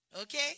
okay